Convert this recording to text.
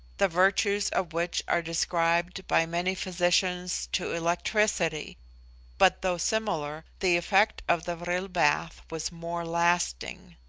the virtues of which are ascribed by many physicians to electricity but though similar, the effect of the vril bath was more lasting.